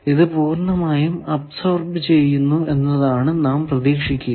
ഇത് പൂർണമായും അബ്സോർബ് ചെയ്യുന്നു എന്നതാണ് നാം പ്രതീക്ഷിക്കുക